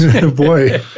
Boy